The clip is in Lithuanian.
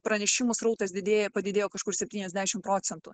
pranešimų srautas didėja padidėjo kažkur septyniasdešim procentų